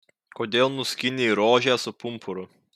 kodėl nuskynei rožę su pumpuru